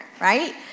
right